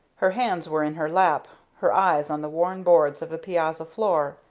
her hands were in her lap, her eyes on the worn boards of the piazza floor.